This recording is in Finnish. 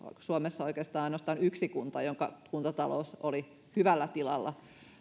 suomessa oli ainoastaan yksi kunta jonka kuntatalous oli hyvällä tilalla